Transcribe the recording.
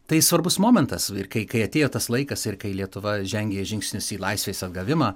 tai svarbus momentas ir kai kai atėjo tas laikas ir kai lietuva žengė žingsnius į laisvės atgavimą